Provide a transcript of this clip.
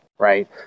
Right